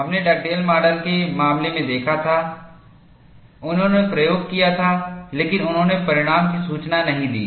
हमने Dugdale model के मामले में देखा था उन्होंने प्रयोग किया था लेकिन उन्होंने परिणाम की सूचना नहीं दी